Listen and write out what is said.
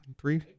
three